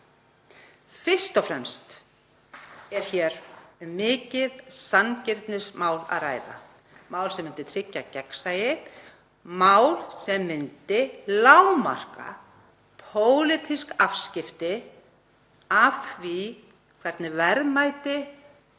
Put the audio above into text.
Fyrst og fremst er hér um mikið sanngirnismál að ræða, mál sem myndi tryggja gegnsæi, mál sem myndi lágmarka pólitísk afskipti af því hvernig verðmæti er